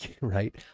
Right